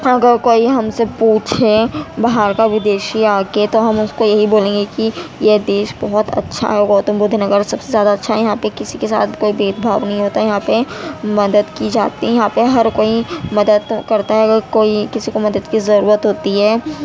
اگر کوئی ہم سے پوچھے باہر کا ودیشی آ کے تو ہم اس کو یہی بولیں گے کی یہ دیش بہت اچھا ہے گوتم بدھ نگر سب سے زیادہ اچھا ہے یہاں پہ کسی کے ساتھ کوئی بھید بھاؤ نہیں ہوتا ہے یہاں پہ مدد کی جاتی ہے یہاں پہ ہر کوئی مدد کرتا ہے اگر کوئی کسی کو مدد کی ضرورت ہوتی ہے